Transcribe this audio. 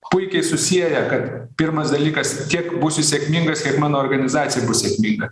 puikiai susieja kad pirmas dalykas tiek būsiu sėkmingas kiek mano organizacija bus sėkminga